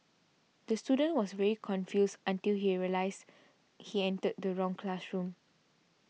the student was very confused until he realised he entered the wrong classroom